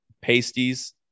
pasties